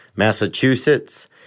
Massachusetts